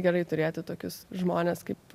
gerai turėti tokius žmones kaip